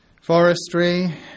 forestry